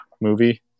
movie